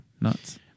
nuts